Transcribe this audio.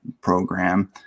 program